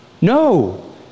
No